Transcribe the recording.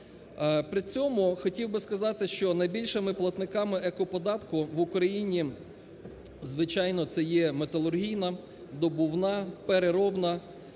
При цьому хотів би сказати, що найбільшими платниками екоподатку в Україні, звичайно, це є металургійна, добувна, переробна,